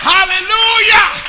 Hallelujah